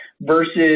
versus